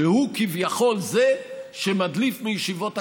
שהוא, כביכול, זה שמדליף מישיבות הקבינט.